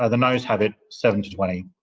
ah the noes have it, seven to twenty.